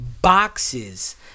boxes